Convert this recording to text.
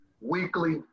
weekly